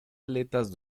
aletas